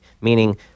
Meaning